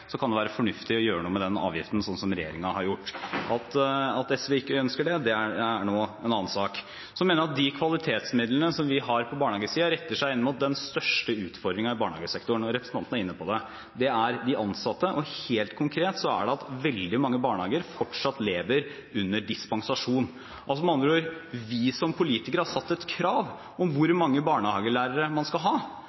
kan det være fornuftig å gjøre noe med den avgiften, som regjeringen har gjort. At SV ikke ønsker det, er en annen sak. Jeg mener de kvalitetsmidlene vi har på barnehagesiden retter seg inn mot den største utfordringen i barnehagesektoren – representanten var inne på det – det er de ansatte. Helt konkret lever fortsatt veldig mange barnehager under dispensasjon. Med andre ord: Vi som politikere har satt et krav om hvor